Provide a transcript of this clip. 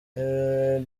dore